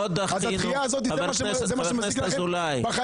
אז הדחייה הזאת היא מה שמציק לכם?